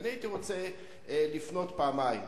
ואני הייתי רוצה לפנות פעמיים.